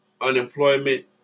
unemployment